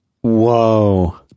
Whoa